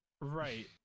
Right